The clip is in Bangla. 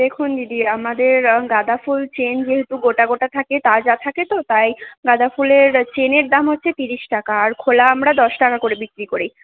দেখুন দিদি আমাদের গাঁদাফুল চেন যেহেতু গোটা গোটা থাকে তাজা থাকে তো তাই গাঁদাফুলের চেনের দাম হচ্ছে তিরিশ টাকা আর খোলা আমরা দশ টাকা করে বিক্রি করি